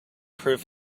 prove